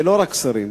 ולא רק שרים,